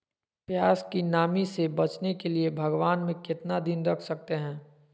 प्यास की नामी से बचने के लिए भगवान में कितना दिन रख सकते हैं?